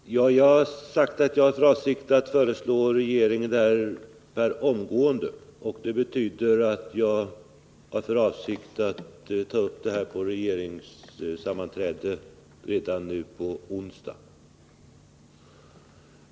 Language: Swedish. Fru talman! Jag har sagt att jag har för avsikt att föreslå regeringen det här omgående. Det betyder att jag har för avsikt att ta upp det här på regeringssammanträdet redan nu på onsdag.